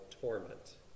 torment